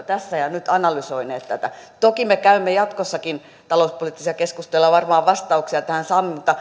tässä ja nyt analysoineet tätä toki me käymme jatkossakin talouspoliittisia keskusteluja varmaan vastauksia tähän saamme mutta